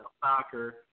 soccer